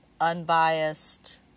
unbiased